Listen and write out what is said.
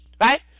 right